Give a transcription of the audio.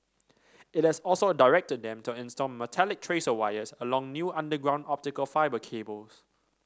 it has also directed them to install metallic tracer wires along new underground optical fibre cable